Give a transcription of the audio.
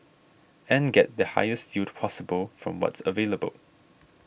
and get the highest yield possible from what's available